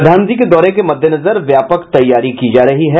प्रधानमंत्री के दौरे के मद्देनजर व्यापक तैयारी की जा रही है